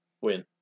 win